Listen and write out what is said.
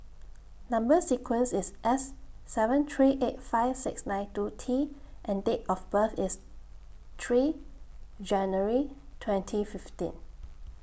Number sequence IS S seven three eight five six nine two T and Date of birth IS three January twenty fifteen